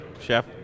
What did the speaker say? Chef